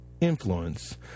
influence